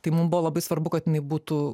tai mum buvo labai svarbu kad jinai būtų